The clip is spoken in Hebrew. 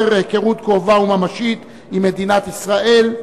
היכרות קרובה וממשית עם מדינת ישראל,